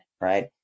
right